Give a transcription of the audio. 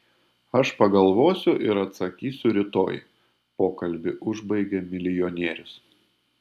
aš pagalvosiu ir atsakysiu rytoj pokalbį užbaigė milijonierius